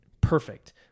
perfect